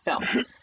film